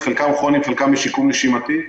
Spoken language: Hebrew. חלקם כרוניים חלקם בשיקום נשימתי.